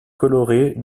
colorés